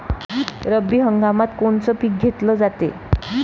रब्बी हंगामात कोनचं पिक घेतलं जाते?